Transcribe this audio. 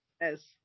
yes